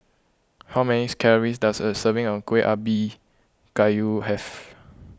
how many calories does a serving of Kueh Ubi Kayu have